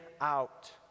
out